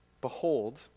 Behold